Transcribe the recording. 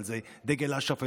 אבל זה דגל אש"ף,